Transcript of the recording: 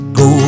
go